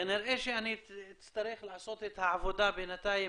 כנראה שאני אצטרך לעשות את העבודה בינתיים